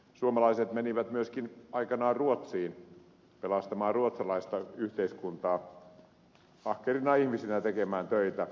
suomalaiset menivät myöskin aikanaan ruotsiin pelastamaan ruotsalaista yhteiskuntaa ahkerina ihmisinä tekemään töitä